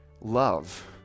love